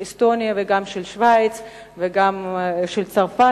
אסטוניה וגם של שווייץ וגם של צרפת,